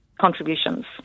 contributions